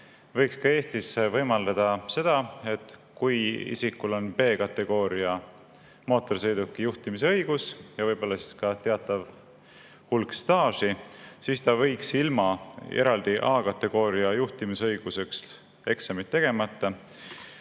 võiks ka Eestis võimaldada seda, et kui isikul on B-kategooria mootorsõiduki juhtimise õigus ja võib-olla ka teatav hulk staaži, siis ta võiks ilma eraldi A-kategooria sõiduki juhtimise õiguseks eksamit tegemata